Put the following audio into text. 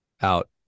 out